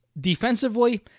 Defensively